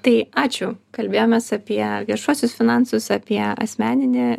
tai ačiū kalbėjomės apie viešuosius finansus apie asmeninį